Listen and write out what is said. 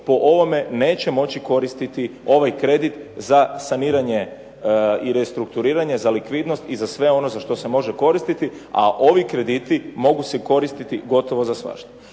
po ovome neće moći koristiti ovaj kredit za saniranje i restrukturiranje, za likvidnost i za sve ono za što se može koristiti, a ovi krediti mogu se koristiti gotovo za svašta.